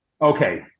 Okay